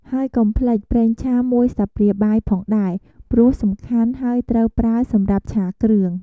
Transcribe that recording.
ហើយកុំភ្លេច! ប្រេងឆា ១ ស្លាបព្រាបាយផងដែរ ព្រោះសំខាន់ ហើយត្រូវប្រើសម្រាប់ឆាគ្រឿង។